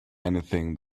anything